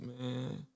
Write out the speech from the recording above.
Man